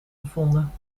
gevonden